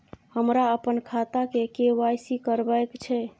हमरा अपन खाता के के.वाई.सी करबैक छै